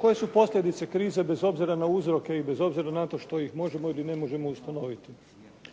koje su posljedice krize bez obzira na uzroke i bez obzira na to što ih možemo ili ne možemo ustanoviti.